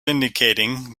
indicating